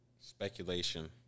Speculation